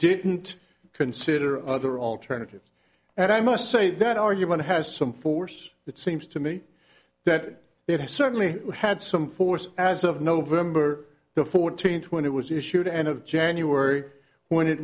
didn't consider other alternatives and i must say that argument has some force it seems to me that it has certainly had some force as of november the fourteenth when it was issued end of january when it